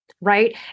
right